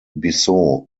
bissau